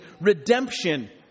redemption